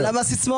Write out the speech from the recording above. אבל למה הסיסמאות?